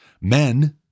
Men